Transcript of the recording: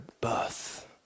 birth